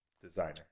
designer